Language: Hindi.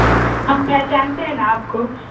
हम पहचानते हैं ना आपको